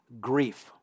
grief